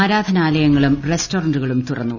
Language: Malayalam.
ആരാധാനാലയങ്ങളും റസ്റ്റോറന്റുകളും തുറന്നു